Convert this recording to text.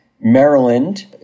Maryland